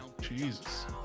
jesus